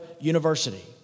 University